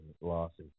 losses